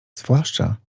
zwłaszcza